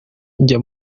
njya